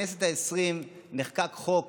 בכנסת העשרים נחקק חוק